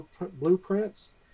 blueprints